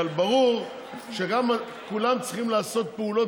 אבל ברור שכולם צריכים לעשות פעולות